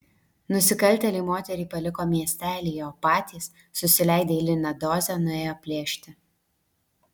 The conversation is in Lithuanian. nusikaltėliai moterį paliko miestelyje o patys susileidę eilinę dozę nuėjo plėšti